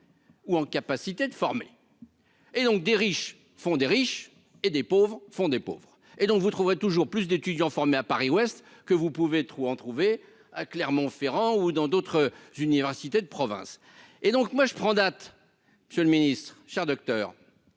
Ou en capacité de former et donc des riches font des riches et des pauvres font des pauvres et donc, vous trouverez toujours plus d'étudiants formés à Paris-Ouest que vous pouvez trou en trouver à Clermont-Ferrand ou dans d'autres universités de province et donc moi je prends date, monsieur le Ministre, chers Docteur